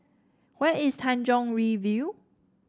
where is Tanjong Rhu View